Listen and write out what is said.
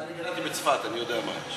אני גדלתי בצפת, אני יודע מה יש.